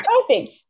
perfect